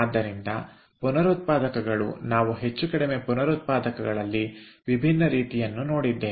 ಆದ್ದರಿಂದ ಪುನರುತ್ಪಾದಕಗಳು ನಾವು ಹೆಚ್ಚು ಕಡಿಮೆ ಪುನರುತ್ಪಾದಕಗಳಲ್ಲಿ ವಿಭಿನ್ನ ರೀತಿಯವನ್ನು ನೋಡಿದ್ದೇವೆ